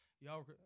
Y'all